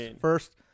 first